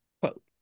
quote